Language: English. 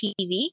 TV